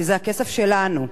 כי זה הכסף שלנו.